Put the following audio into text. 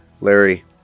Larry